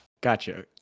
Gotcha